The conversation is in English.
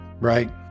Right